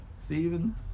Stephen